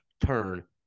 turn